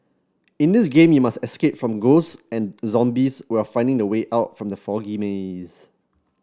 in this game you must escape from ghost and zombies while finding the way out from the foggy maze